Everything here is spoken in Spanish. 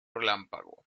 relámpago